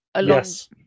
Yes